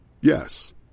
Yes